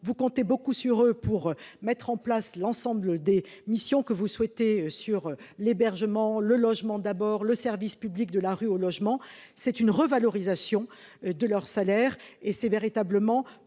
vous comptez beaucoup sur eux pour mettre en place l'ensemble des missions que vous souhaitez sur l'hébergement, le logement d'abord le service public de la rue, au logement, c'est une revalorisation de leurs salaires et c'est véritablement permettre